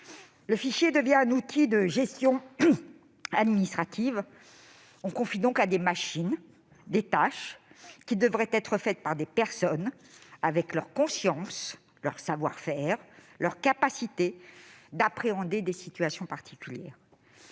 Le fichier devient un outil de gestion administrative : on confie à des machines des tâches qui devraient être exécutées par des personnes avec leur conscience, leur savoir-faire, leur capacité d'appréhender des situations particulières.